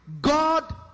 God